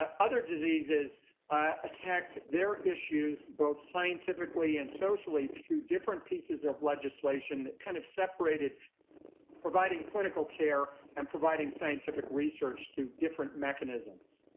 ah other diseases attacked their issues both scientifically and socially to different pieces of legislation kind of separated providing clinical care and providing scientific research through different mechanisms.